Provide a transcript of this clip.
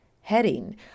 heading